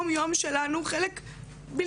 אני חשופה המון ברשתות.